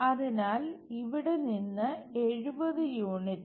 അതിനാൽ ഇവിടെ നിന്ന് 70 യൂണിറ്റിൽ